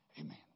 Amen